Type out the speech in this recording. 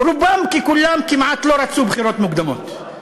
רובם ככולם כמעט לא רצו בחירות מוקדמות.